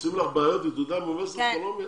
עשו לך בעיות עם התעודה מאוניברסיטת קולומביה?